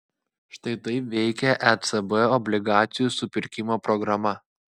štai taip veikia ecb obligacijų supirkimo programa